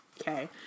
okay